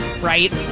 right